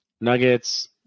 Nuggets